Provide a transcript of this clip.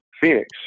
Phoenix